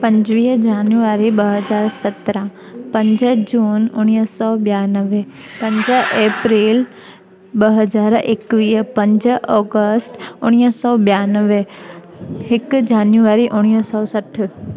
पंजवीह जान्युआरी ॿ हज़ार सतरहां पंज जून उणवीह सौ बयानवे पंज एप्रैल ॿ हज़ार एकवीह पंज ऑगस्ट उणवीह सौ ॿियानवे हिकु जान्युआरी उणवीह सौ सठ